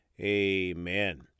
amen